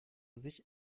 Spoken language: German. sich